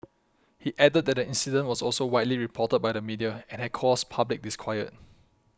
he added that the incident was also widely reported by the media and had caused public disquiet